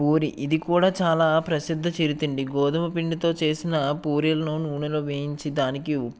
పూరి ఇది కూడా చాలా ప్రసిద్ధ చిరుతిండి గోధుమ పిండితో చేసిన పూరిలను నూనెలో వేయించి దానికి ఉప్పు